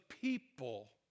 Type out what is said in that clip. people